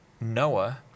Noah